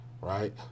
right